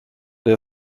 der